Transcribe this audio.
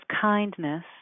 Kindness